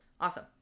Awesome